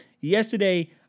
Yesterday